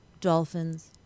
dolphins